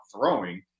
throwing